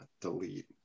delete